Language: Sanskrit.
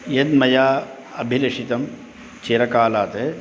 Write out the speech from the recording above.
यद् मया अभिलेखितं चिरकालात्